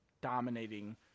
dominating